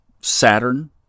Saturn